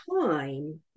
time